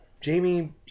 Jamie